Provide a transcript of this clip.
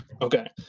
Okay